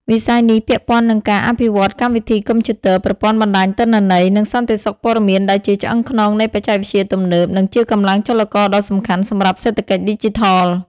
វិស័យនេះពាក់ព័ន្ធនឹងការ អភិវឌ្ឍន៍កម្មវិធីកុំព្យូទ័រប្រព័ន្ធបណ្ដាញទិន្នន័យ និងសន្តិសុខព័ត៌មានដែលជាឆ្អឹងខ្នងនៃបច្ចេកវិទ្យាទំនើប និងជាកម្លាំងចលករដ៏សំខាន់សម្រាប់សេដ្ឋកិច្ចឌីជីថល។